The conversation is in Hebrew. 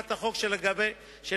בהצעת החוק, שלגביו